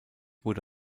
wurde